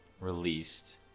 released